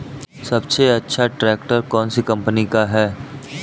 सबसे अच्छा ट्रैक्टर कौन सी कम्पनी का है?